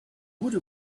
would